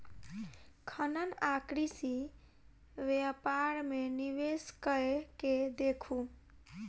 खनन आ कृषि व्यापार मे निवेश कय के देखू